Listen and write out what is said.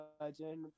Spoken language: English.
legend